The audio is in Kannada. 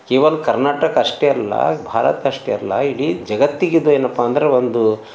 ಕೇವಲ ಕರ್ನಾಟಕ ಅಷ್ಟೇ ಅಲ್ಲ ಭಾರತ ಅಷ್ಟೇ ಅಲ್ಲ ಇಡೀ ಜಗತ್ತಿಗಿದು ಏನಪ್ಪಾ ಅಂದ್ರೆ ಒಂದು